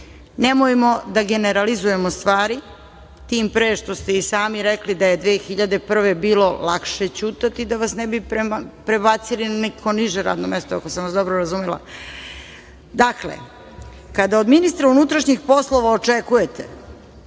da generalizujemo stvari tim pre što ste i sami rekli da je 2001. godine bilo lakše ćutati da vas ne bi prebacili na neko niže radno mesto ako sam vas dobro razumela. Dakle, kada od ministra unutrašnjih poslova očekujete,